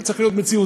צריך להיות מציאותי,